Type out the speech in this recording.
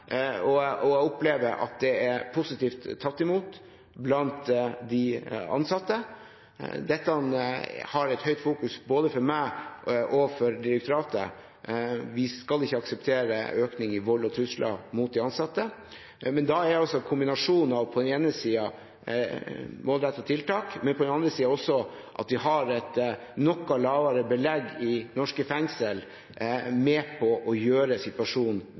og jeg opplever at det er positivt tatt imot blant de ansatte. Dette er sterkt fokusert på både av meg og av direktoratet. Vi skal ikke akseptere en økning i antall tilfeller av vold og trusler mot de ansatte. Da er kombinasjonen av på den ene siden målrettede tiltak og på den andre siden at vi har et noe lavere belegg i norske fengsler, med på å gjøre situasjonen